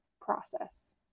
process